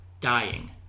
dying